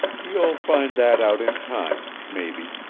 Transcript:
you'll find that out in time maybe.